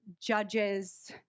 Judges